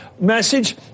message